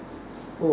oh